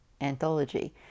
anthology